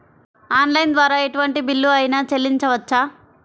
Online ద్వారా ఎటువంటి bill అయినా చెల్లించవచ్చా?